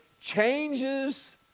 changes